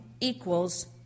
equals